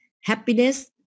happiness